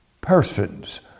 persons